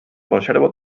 conservo